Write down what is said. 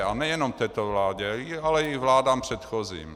A nejenom k této vládě, ale i k vládám předchozím.